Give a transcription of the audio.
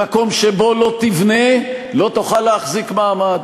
במקום שבו לא תבנה, לא תוכל להחזיק מעמד,